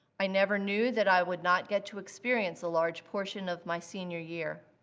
i never knew that i would not get to experience a large portion of my senior year.